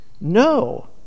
No